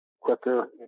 Quicker